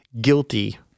guilty